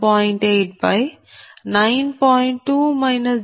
2 j2